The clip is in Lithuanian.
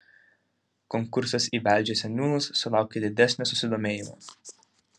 konkursas į velžio seniūnus sulaukė didesnio susidomėjimo